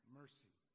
mercy